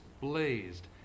blazed